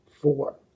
Four